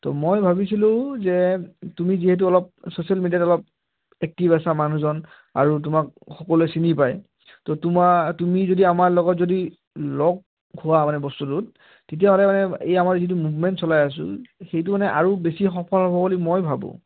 তো মই ভাবিছিলোঁ যে তুমি যিহেতু অলপ ছ'চিয়েল মিডিয়াাত অলপ এক্টিভ আছা মানুহজন আৰু তোমাক সকলোৱে চিনি পায় তো তোমাক তুমি যদি আমাৰ লগত যদি লগ খোৱা মানে বস্তুটোত তেতিয়াহ'লে মানে এই আমাৰ যিটো মুভমেণ্ট চলাই আছোঁ সেইটো মানে আৰু বেছি সফল হ'ব বুলি মই ভাবোঁ